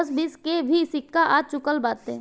दस बीस के भी सिक्का आ चूकल बाटे